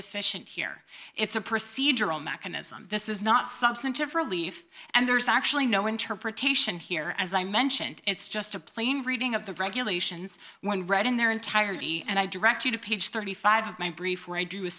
efficient here it's a procedural mechanism this is not substantive relief and there's actually no interpretation here as i mentioned it's just a plain reading of the regulations when read in their entirety and i direct you to page thirty five of my brief or i do a